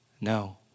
no